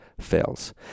Fails